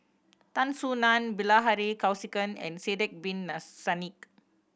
Tan Soo Nan Bilahari Kausikan and Sidek Bin Saniff